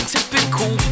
Typical